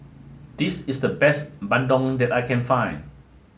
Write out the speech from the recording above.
this is the best Bandung that I can find